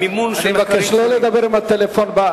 אני מבקש לא לדבר בטלפון.